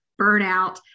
burnout